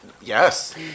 Yes